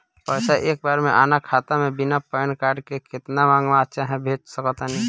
पैसा एक बार मे आना खाता मे बिना पैन कार्ड के केतना मँगवा चाहे भेज सकत बानी?